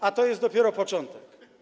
A to jest dopiero początek.